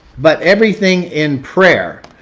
but everything in prayer.